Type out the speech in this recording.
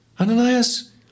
Ananias